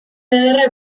ederra